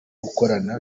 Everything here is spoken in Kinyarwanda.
gukorana